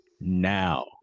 Now